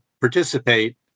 participate